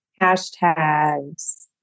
hashtags